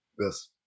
Yes